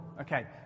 Okay